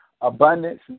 abundance